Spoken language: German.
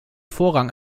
vorrang